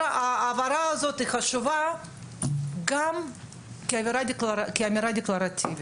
אז ההבהרה הזאת היא חשובה גם כאמירה דקלרטיבית.